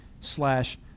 slash